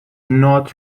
not